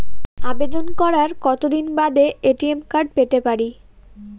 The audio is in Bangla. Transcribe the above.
আবেদন করার কতদিন বাদে এ.টি.এম কার্ড পেতে পারি?